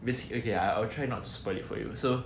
basically okay I will try not to spoil it for you so